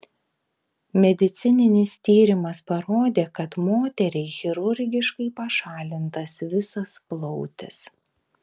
medicininis tyrimas parodė kad moteriai chirurgiškai pašalintas visas plautis